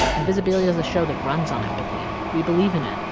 invisibilia is a show that runs on empathy. we believe in it.